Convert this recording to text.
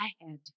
ahead